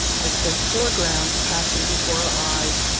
as for the foregrounds passing before our eyes,